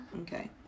Okay